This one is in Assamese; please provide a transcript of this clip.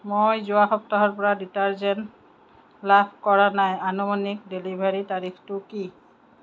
মই যোৱা সপ্তাহৰ পৰা ডিটাৰজেন্ট লাভ কৰা নাই আনুমানিক ডেলিভাৰীৰ তাৰিখটো কি